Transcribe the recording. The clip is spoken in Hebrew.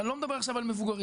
אני לא מדבר עכשיו על מבוגרים,